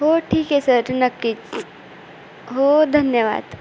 हो ठीक आहे सर नक्कीच हो धन्यवाद